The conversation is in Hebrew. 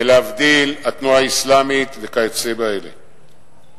ולהבדיל התנועה האסלאמית וכיוצא באלה.